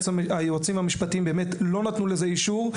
היועצים המשפטיים באמת לא נתנו לזה אישור,